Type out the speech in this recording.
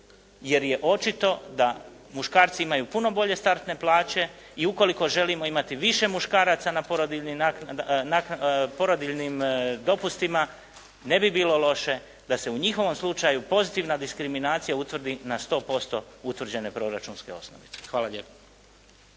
jer je očito da muškarci imaju puno bolje startne plaće i ukoliko želimo imati više muškaraca na porodiljinim dopustima, ne bi bilo loše da se u njihovom slučaju pozitivna diskriminacija utvrdi na 100% utvrđene proračunske osnovice. Hvala lijepo.